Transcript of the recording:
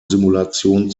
simulation